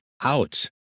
out